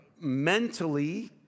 Mentally